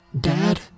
Dad